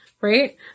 Right